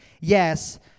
yes—